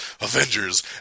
Avengers